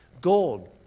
Gold